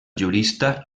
jurista